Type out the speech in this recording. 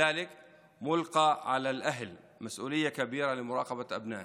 לכן נופלת על ההורים אחריות גדולה בהשגחה על הילדים שלהם.